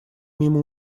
мимо